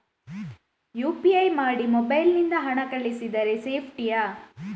UPI ಮಾಡಿ mobile ನಿಂದ ಹಣ ಕಳಿಸಿದರೆ ಸೇಪ್ಟಿಯಾ?